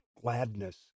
gladness